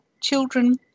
children